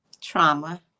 Trauma